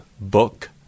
book